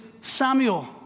Samuel